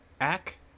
Ack